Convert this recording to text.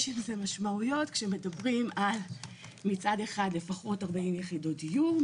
יש עם זה משמעויות כשמדברים על מצד אחד לפחות 40 יחידות דיור,